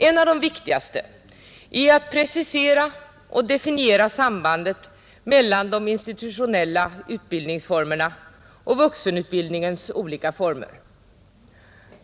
En av de viktigaste uppgifterna är att precisera och definiera sambandet mellan de institutionella utbildningsformerna och vuxenutbildningens olika former.